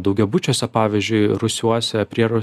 daugiabučiuose pavyzdžiui rūsiuose prie rū